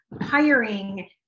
hiring